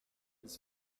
his